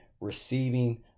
receiving